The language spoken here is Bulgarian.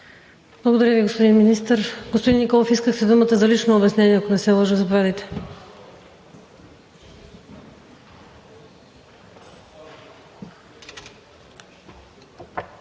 Благодаря Ви, господин Министър. Господин Николов, искахте думата за лично обяснение, ако не се лъжа. Заповядайте.